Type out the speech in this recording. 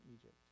Egypt